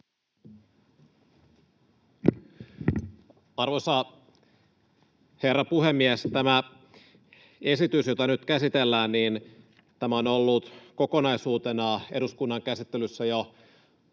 Arvoisa herra puhemies! Tämä esitys, jota nyt käsitellään, on ollut kokonaisuutena eduskunnan käsittelyssä jo